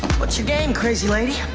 what's your game, crazy lady?